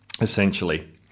essentially